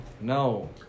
No